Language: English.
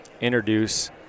introduce